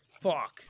fuck